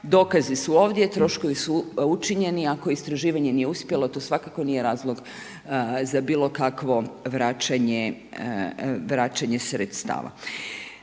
dokazi su ovdje, troškovi su učinjeni, ako istraživanje nije uspjelo, to svakako nije razlog, za bilo kakvo vraćanje sredstava.